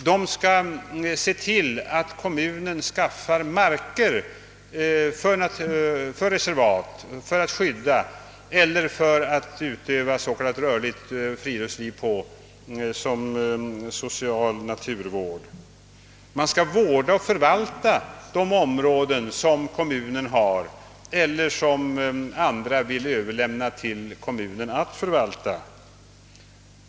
De skall se till att kommunen skaffar mark för såväl skyddade reservat och utövande av s.k. rörligt friluftsliv som social naturvård. De skall vårda och förvalta de områden som kommunen har eller som andra vill överlämna till den att förvalta.